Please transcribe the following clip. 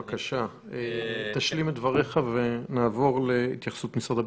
בבקשה תשלים את דבריך ונעבור להתייחסות משרד הביטחון.